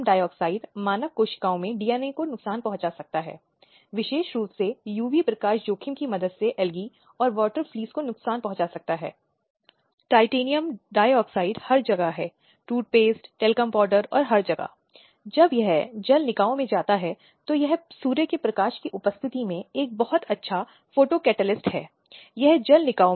एक आयोग के दृष्टिकोण के लिए स्वतंत्र है चाहे राज्य आयोग या राष्ट्रीय आयोग और आयोग आवश्यक जानकारी प्रदान करेगा या आवश्यक कार्रवाई करने के लिए उपयुक्त प्राधिकारी को निर्देश देगा और यह सुनिश्चित करेगा कि ऐसा उल्लंघन न हो